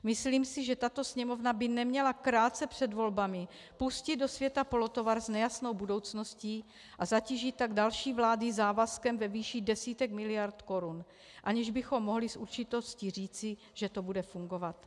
Myslím si, že tato Sněmovna by neměla krátce před volbami pustit do světa polotovar s nejasnou budoucností a zatížit tak další vlády závazkem ve výši desítek miliard korun, aniž bychom mohli s určitostí říci, že to bude fungovat.